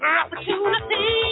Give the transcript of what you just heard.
opportunity